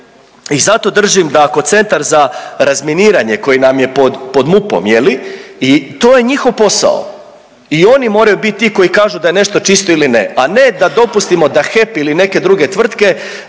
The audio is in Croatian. i zato držim da ako Centar za razminiranje koji nam je pod, pod MUP-om je li i to je njihov posao i oni moraju bit ti koji kažu da je nešto čisto ili ne, a ne da dopustimo da HEP ili neke druge tvrtke